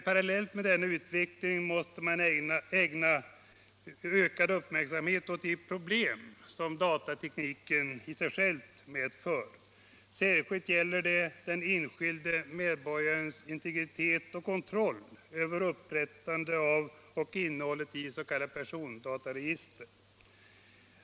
Parallellt med denna utveckling måste man ägna ökad uppmärksamhet åt de problem som datatekniken i sig själv medför, särskilt gäller det den enskilde medborgarens integritet och kontroll över upprättande av och innehållet i s.k. persondataregister.